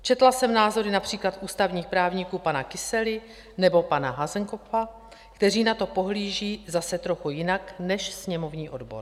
Četla jsem názory například ústavních právníků pana Kysely nebo pana Hasenkopfa, kteří na to pohlíží zase trochu jinak než sněmovní odbor.